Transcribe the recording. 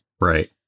Right